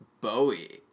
Bowie